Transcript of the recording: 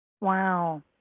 Wow